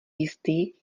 jistý